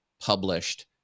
published